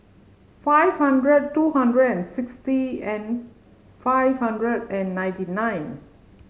five hundred two hundred and sixty and five hundred and ninety nine